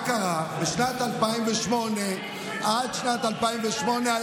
אתם פוגעים בזכות של אחרים להיבחר.